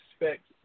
expect